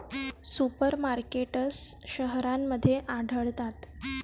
super markets शहरांमध्ये आढळतात